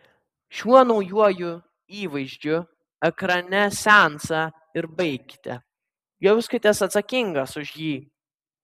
šiuo naujuoju įvaizdžiu ekrane seansą ir baikite jauskitės atsakingas už jį